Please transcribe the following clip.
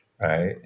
right